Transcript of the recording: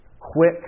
quick